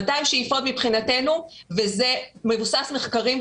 זה מבוסס מחקרים,